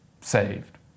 saved